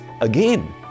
again